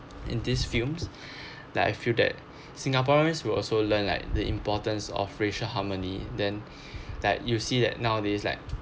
in these films like I feel that singaporeans will also learn like the importance of racial harmony then like you see that nowadays like